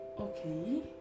Okay